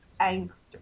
angst